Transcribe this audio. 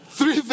Three